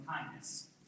kindness